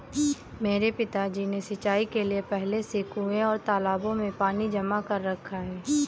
मेरे पिताजी ने सिंचाई के लिए पहले से कुंए और तालाबों में पानी जमा कर रखा है